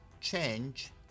change